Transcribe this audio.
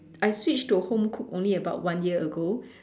I switched to home cooked only about one year ago